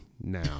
now